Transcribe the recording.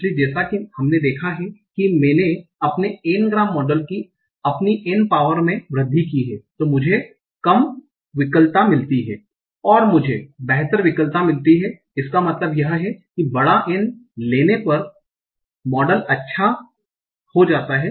इसलिए जैसा कि हमने देखा है कि मैंने अपने N ग्राम मॉडल की अपनी N पावर में वृद्धि की है तो मुझे कम विकलता मिलती है ओर मुझे बेहतर विकलता मिलती है इसका मतलब यह है कि बड़ा N लेने पर मॉडल ज्यादा अच्छा हो जाता है